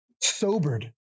sobered